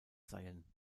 seien